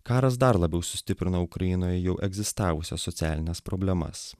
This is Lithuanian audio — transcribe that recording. karas dar labiau sustiprina ukrainoje jau egzistavusias socialines problemas